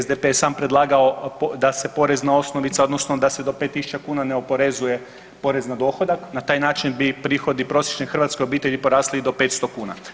SDP je sam predlagao da se porezna osnovica odnosno da se do 5.000 kuna ne oporezuje porez na dohodak na taj način bi prihodi prosječne hrvatske obitelji porasli i do 500 kuna.